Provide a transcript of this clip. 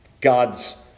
God's